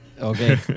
Okay